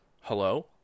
hello